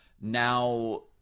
now